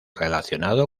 relacionado